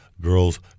Girls